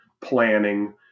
planning